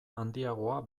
handiago